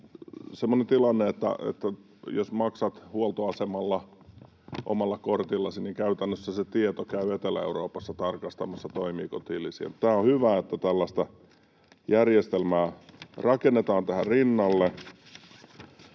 semmoinen tilanne, että jos maksat huoltoasemalla omalla kortillasi, niin käytännössä se tieto käy Etelä-Euroopassa tarkistettavana, toimiiko tilisi. On hyvä, että tällaista järjestelmää rakennetaan tähän rinnalle.